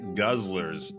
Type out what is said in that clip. guzzlers